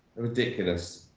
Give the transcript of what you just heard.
ridiculous.